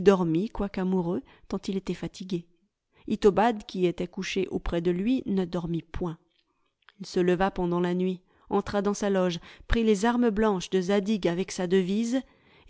dormit quoique amoureux tant il était fatigué itobad qui était couché auprès de lui ne dormit point il se leva pendant la nuit entra dans sa loge prit les armes blanches de zadig avec sa devise